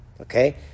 Okay